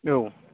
औ